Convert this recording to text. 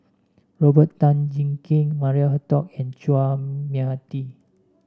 Robert Tan Jee Keng Maria Hertogh and Chua Mia Tee